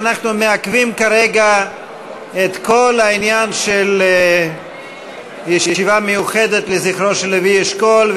אנחנו מעכבים כרגע את כל העניין של ישיבה מיוחדת לזכרו לוי אשכול,